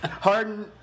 Harden